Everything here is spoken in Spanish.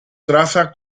traza